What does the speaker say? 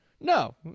No